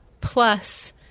plus